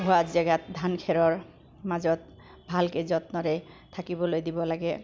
হোৱা জেগাত ধান খেৰৰ মাজত ভালকৈ যত্নৰে থাকিবলৈ দিব লাগে